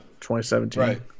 2017